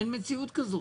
אין מציאות כזאת.